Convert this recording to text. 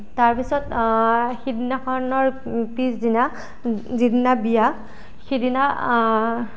তাৰ পিছত সিদিনাখনৰ পিছদিনা যিদিনা বিয়া সিদিনা